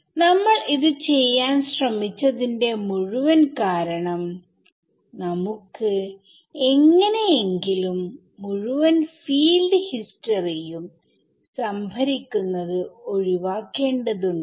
നമ്മൾ ഇത് ചെയ്യാൻ ശ്രമിച്ചതിന്റെ മുഴുവൻ കാരണം നമുക്ക് എങ്ങനെ എങ്കിലും മുഴുവൻ ഫീൽഡ് ഹിസ്റ്ററി യും സംഭരിക്കുന്നത് ഓഴിവാക്കേണ്ടതുണ്ട്